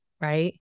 right